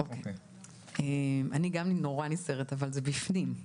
אני גם נורא נסערת אבל זה בפנים.